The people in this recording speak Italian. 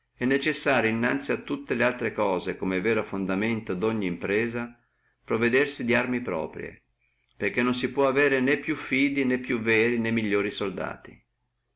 è necessario innanzi a tutte le altre cose come vero fondamento dogni impresa provvedersi darme proprie perché non si può avere né più fidi né più veri né migliori soldati